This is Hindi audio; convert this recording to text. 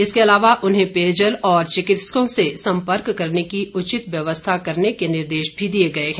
इसके अलावा उन्हें पेयजल और चिकित्सकों से सम्पर्क करने की उचित व्यवस्था करने के निर्देश भी दिए गए हैं